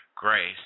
grace